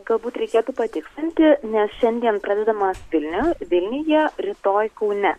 galbūt reikėtų patikslinti nes šiandien pradedamas vilnio vilniuje rytoj kaune